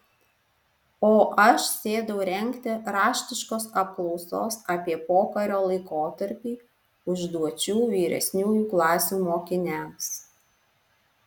o aš sėdau rengti raštiškos apklausos apie pokario laikotarpį užduočių vyresniųjų klasių mokiniams